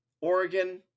Oregon